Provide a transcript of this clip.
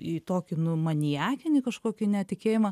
į tokį nu maniakinį kažkokį net tikėjimą